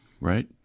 right